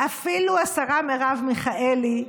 אפילו השרה מרב מיכאלי,